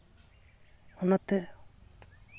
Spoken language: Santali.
ᱚᱱᱟᱛᱮ